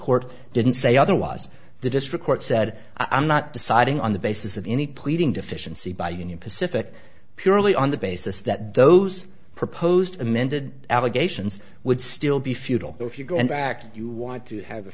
court didn't say otherwise the district court said i'm not deciding on the basis of any pleading deficiency by union pacific purely on the basis that those proposed amended allegations would still be futile if you go back you want to have a